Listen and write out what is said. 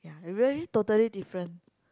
ya really totally different